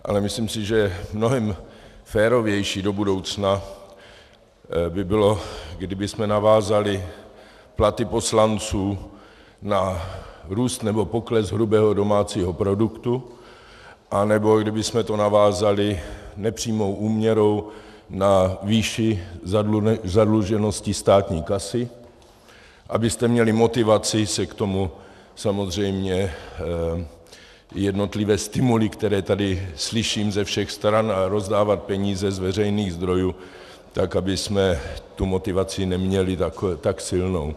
Ale myslím si, že mnohem férovější do budoucna by bylo, kdybychom navázali platy poslanců na růst nebo pokles hrubého domácího produktu, anebo kdybychom to navázali nepřímou úměrou na výši zadluženosti státní kasy, abyste měli motivaci se k tomu samozřejmě... jednotlivé stimuly, které tady slyším ze všech stran rozdávat peníze z veřejných zdrojů, tak abychom tu motivaci neměli tak silnou.